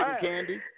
Candy